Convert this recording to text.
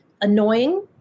annoying